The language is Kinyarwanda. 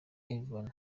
yvan